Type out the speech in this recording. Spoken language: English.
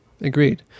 agreed